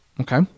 Okay